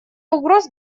угроз